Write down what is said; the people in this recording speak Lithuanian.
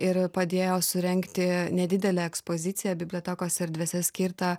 ir padėjo surengti nedidelę ekspoziciją bibliotekos erdvėse skirtą